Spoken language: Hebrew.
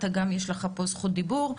יש לך גם פה זכות דיבור,